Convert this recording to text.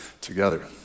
together